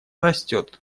растет